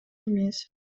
эмес